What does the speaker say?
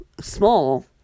small